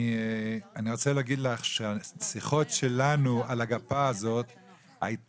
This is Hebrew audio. אני רוצה להגיד לך שהשיחות שלנו על הגפה הזאת היו